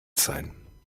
sein